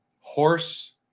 horse